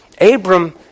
Abram